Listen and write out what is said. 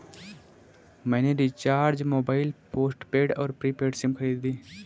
मैंने recharge mobile postpaid और prepaid SIM खरीदे